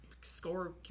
score